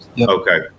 Okay